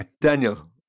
Daniel